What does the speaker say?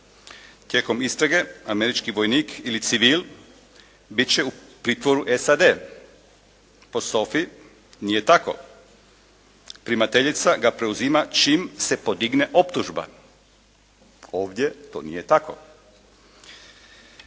Tijekom istrage američki vojnik ili civil biti će u pritvoru SAD-a, po SOFA-i nije tako. Primateljica ga preuzima čim se podigne optužba. Ovdje to nije tako.